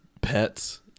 pets